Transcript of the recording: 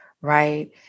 right